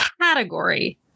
category